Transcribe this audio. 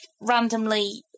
randomly